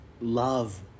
love